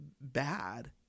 bad